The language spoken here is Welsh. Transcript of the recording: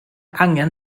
angen